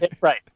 Right